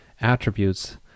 attributes